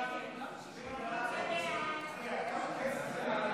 חוק שירות